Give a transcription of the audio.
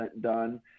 done